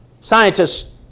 Scientists